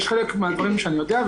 יש חלק מהדברים שאני יודע,